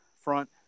front